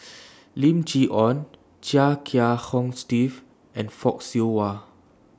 Lim Chee Onn Chia Kiah Hong Steve and Fock Siew Wah